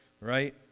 right